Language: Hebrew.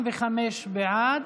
45 בעד,